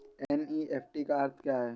NEFT का अर्थ क्या है?